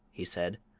he said,